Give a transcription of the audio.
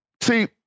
See